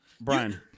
Brian